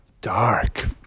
dark